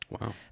Wow